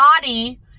body